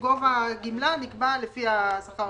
גובה הגמלה נקבע לפי השכר הממוצע.